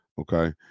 okay